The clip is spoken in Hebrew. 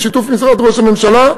בשיתוף משרד ראש הממשלה.